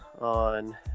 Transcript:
on